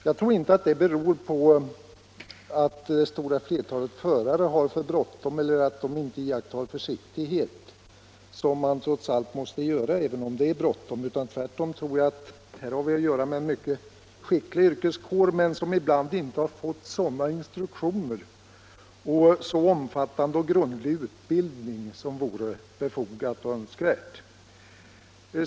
Jag tror inte att detta beror på att det stora flertalet förare har för bråttom eller inte iakttar försiktighet; tvärtom tror jag att vi här har att göra med en mycket skicklig yrkeskår. Men ibland har dessa förare kanske inte fått sådana instruktioner och så grundlig och omfattande utbildning som vore befogat och önskvärt.